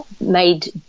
made